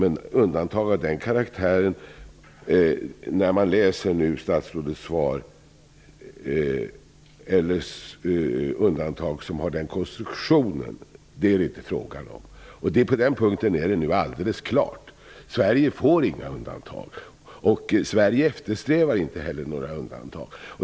Men undantag med en sådan konstruktion är det här inte fråga om. Det är helt klart. Sverige får inga undantag. Sverige eftersträvar inte heller några undantag.